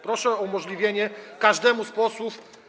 Proszę o umożliwienie każdemu z posłów.